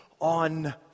on